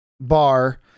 Bar